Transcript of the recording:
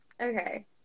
okay